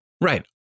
Right